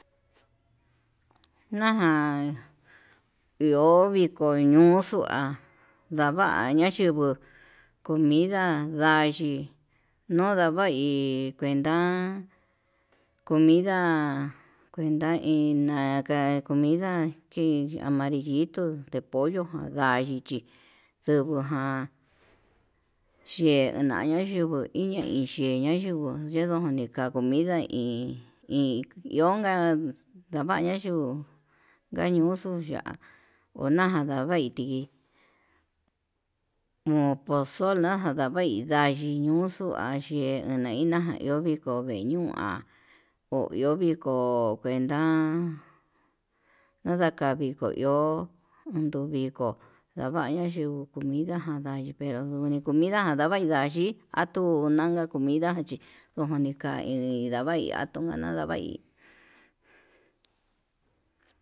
Naján iho viko ñuxua ndava nachinguo, comida ndachi no ndavai kuenta comida kuenta naka comida kii amarillito, nde pollo nai xhichi ndungu jan yee nanga yungu iñe iye'e, nayungu yendujan ni ka'a comida iin iin niunka ndavaña yuu kayuxu ya'a ona'a ndavaiti, on poxo ndavai uu nduño'o tunaiye naina jan iho iko vee ñua ho iho viko kuenta, nada ka'a viko iho cuenta viko ndavaña yuu kuendo comida ján va'í pero nduni comiján ndavai ndayii atunan nda comida chí joni kaiin ndavai atuna nadavai.